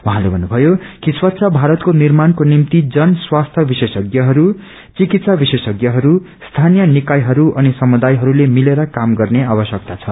उझँले भन्नुभयो कि स्वच्छ भारतको निर्माणको निम्ति जन स्वास्थ्य विशेषज्ञहरू चिकित्सा विशेषज्ञहरू स्थानीय निकायहरू अनि समुदायहरूले मिलेर काम गर्ने आवश्यकता छ